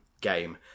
game